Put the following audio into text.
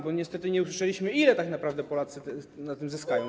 Bo niestety nie usłyszeliśmy, ile tak naprawdę Polacy na tym zyskają.